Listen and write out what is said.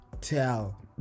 tell